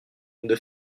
nombre